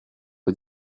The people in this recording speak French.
aux